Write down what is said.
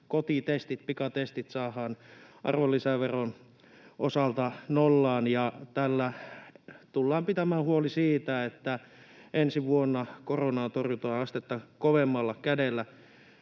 kotitestit, pikatestit, saadaan arvonlisäveron osalta nollaan ja tällä tullaan pitämään huoli siitä, että ensi vuonna koronaa torjutaan astetta kovemmalla kädellä.